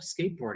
skateboarding